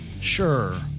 Sure